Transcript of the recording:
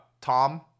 Tom